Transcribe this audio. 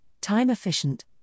time-efficient